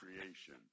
creation